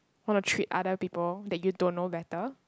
want to treat other people that you don't know better